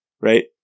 right